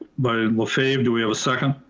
but lefebvre. do we have a second?